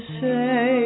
say